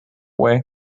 way